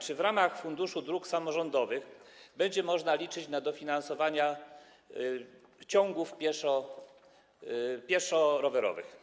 Czy w ramach Funduszu Dróg Samorządowych będzie można liczyć na dofinansowanie ciągów pieszo-rowerowych?